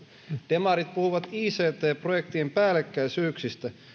demarit puhuvat ict projektien päällekkäisyyksistä